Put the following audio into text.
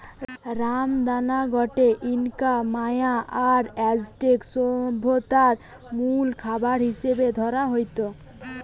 রামদানা গটে Inca, Maya আর অ্যাজটেক সভ্যতারে মুল খাবার হিসাবে ধরা হইত